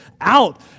Out